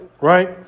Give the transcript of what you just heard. right